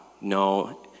No